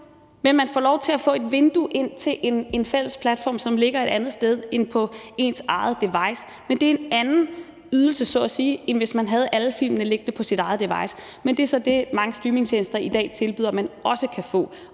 men man får lov til at få et vindue ind til en fælles platform, som ligger et andet sted end på ens eget device, men det er en anden ydelse så at sige, end hvis man havde alle filmene liggende på sit eget device. Men det er så det, mange streamingtjenester i dag tilbyder, man også kan få,